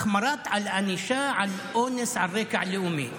החמרת הענישה על אונס על רקע לאומי.